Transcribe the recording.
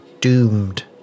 doomed